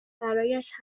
برایش